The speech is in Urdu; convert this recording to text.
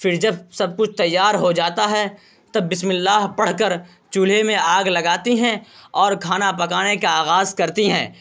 پھر جب سب کچھ تیار ہو جاتا ہے تب بسم اللہ پڑھ کر چولہے میں آگ لگاتی ہیں اور کھانا پکانے کا آغاز کرتی ہیں